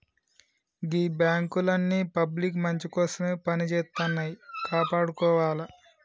గీ బాంకులన్నీ పబ్లిక్ మంచికోసమే పనిజేత్తన్నయ్, కాపాడుకోవాల